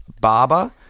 barber